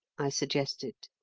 i suggested.